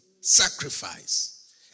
Sacrifice